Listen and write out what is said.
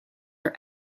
are